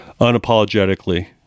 unapologetically